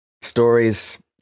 stories